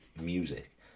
music